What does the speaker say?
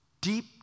deep